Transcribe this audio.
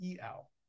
EL